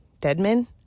Deadman